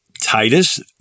Titus